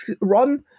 run